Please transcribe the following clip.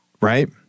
Right